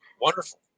wonderful